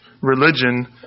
religion